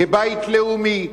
כבית לאומי.